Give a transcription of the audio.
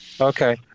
Okay